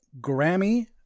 Grammy